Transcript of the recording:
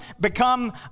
become